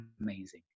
amazing